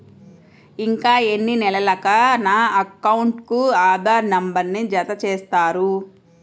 ఇంకా ఎన్ని నెలలక నా అకౌంట్కు ఆధార్ నంబర్ను జత చేస్తారు?